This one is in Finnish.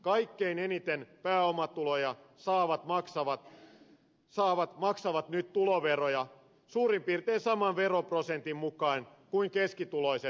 kaikkein eniten pääomatuloja saavat maksavat nyt tuloveroja suurin piirtein saman veroprosentin mukaan kuin keskituloiset palkansaajat